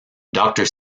doctor